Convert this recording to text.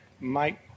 Mike